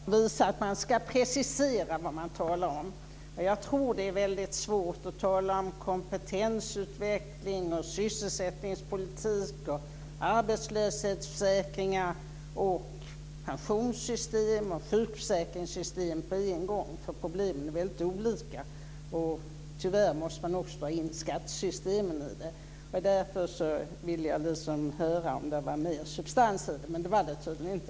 Fru talman! Med detta vill jag visa att man ska precisera vad man talar om. Jag tror att det är väldigt svårt att tala om kompetensutveckling, sysselsättningspolitik, arbetslöshetsförsäkringar, pensionssystem och sjukförsäkringssystem på en gång. Problemen är väldigt olika. Tyvärr måste man också dra in skattesystemen i det. Därför ville jag höra om det fanns mer substans i det, men det gjorde det tydligen inte.